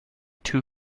two